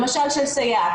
למשל של סייעת,